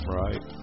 right